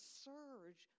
surge